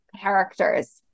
characters